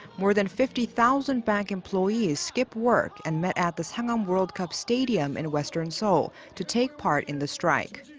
more than fifty thousand bank employees skipped work and met at the sangam world cup stadium in western seoul to take part in the strike.